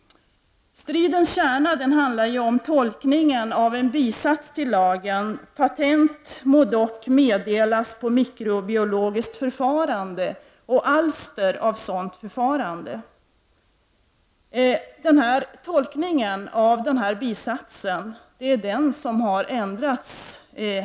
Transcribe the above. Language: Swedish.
Stridens kärna handlar om en tolkning av en bisats till lagen: ”patent må dock meddelas på mikrobiologiskt förfarande och alster av sådant förfarande.” Tolkningen av denna bisats har ändrats i Sverige.